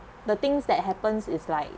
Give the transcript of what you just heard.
the things that happens is like